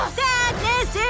sadness